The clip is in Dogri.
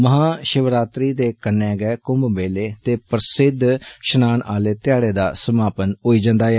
महाषिवरात्री दे कन्नै गै कुम्भ मेले ते प्रसिद्द स्नान आले ध्याड़े दा समापन होई जंदा ऐ